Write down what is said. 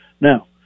Now